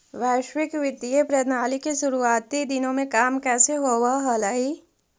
वैश्विक वित्तीय प्रणाली के शुरुआती दिनों में काम कैसे होवअ हलइ